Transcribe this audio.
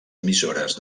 emissores